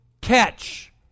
catch